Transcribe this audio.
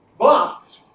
but